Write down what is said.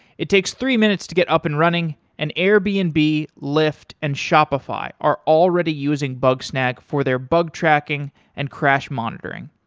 it takes three minutes to get up and running, an airbns, and lyft, and shopify are already using bugsnag for their bug tracking and crash monitoring.